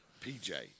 PJ